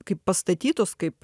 kaip pastatytos kaip